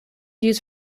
used